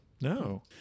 No